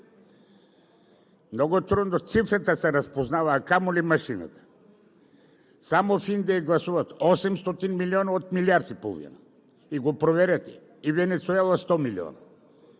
Много трудно цифрата се разпознава, а камо ли машината. Само в Индия гласуват 800 милиона от милиард и половина, и го проверете, и Венецуела – 100 милиона.